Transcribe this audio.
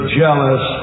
jealous